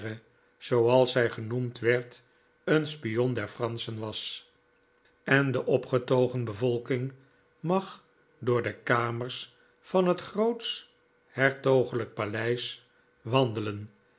zooals zij genoemd werd een spion der franschen was en de opgetogen bevolking mag door de kamers van het grootsch hertogelijk paleis wandelen